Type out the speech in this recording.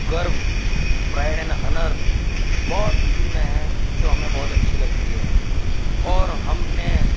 grow pride and ہنر بہت فلمیں ہیں جو ہمیں بہت اچھی لگتی ہے اور ہم نے